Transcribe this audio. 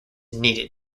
needed